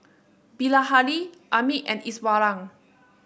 Bilahari Amit and Iswaran